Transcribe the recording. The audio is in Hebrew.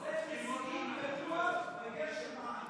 "נשיאים ורוח וגשם אין",